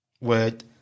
word